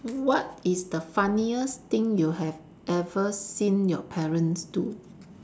what is the funniest thing you have ever seen your parents do